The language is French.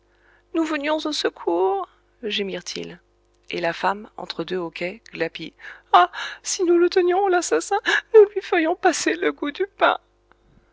nous venions au secours gémirent ils et la femme entre deux hoquets glapit ah si nous le tenions l'assassin nous lui ferions passer le goût du pain